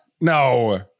no